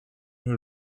who